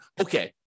okay